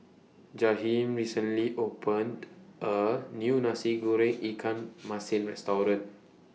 Jaheem recently opened A New Nasi Goreng Ikan Masin Restaurant